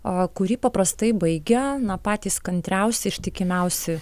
a kurį paprastai baigia na patys kantriausi ir ištikimiausi